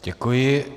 Děkuji.